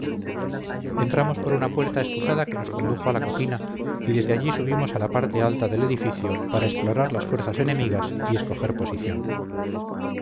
entramos por una puerta excusada que nos condujo a la cocina y desde allí subimos a la parte alta del edificio para explorar las fuerzas enemigas y escoger posición